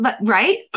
right